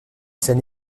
scènes